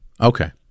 Okay